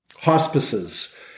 hospices